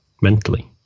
mentally